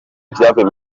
ivyavuye